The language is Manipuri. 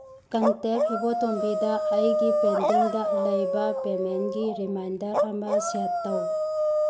ꯀꯟꯇꯦꯛ ꯏꯕꯣꯇꯣꯝꯕꯤꯗ ꯑꯩꯒꯤ ꯄꯦꯟꯗꯤꯡꯗ ꯂꯩꯕ ꯄꯦꯃꯦꯟꯒꯤ ꯔꯤꯃꯥꯏꯟꯗꯔ ꯑꯃ ꯁꯦꯠ ꯇꯧ